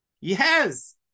yes